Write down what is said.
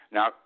Now